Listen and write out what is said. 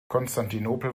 konstantinopel